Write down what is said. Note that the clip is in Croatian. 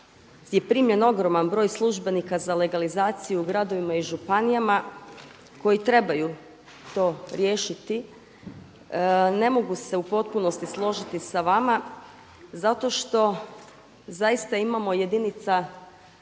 je primljen ogroman broj službenika za legalizaciju u gradovima i županijama koji trebaju to riješiti. Ne mogu se u potpunosti složiti sa vama zato što zaista imamo jedinica